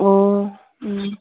ꯑꯣ ꯎꯝ